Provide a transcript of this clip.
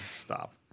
Stop